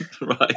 right